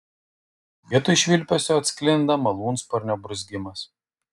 vietoj švilpesio atsklinda malūnsparnio burzgimas